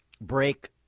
break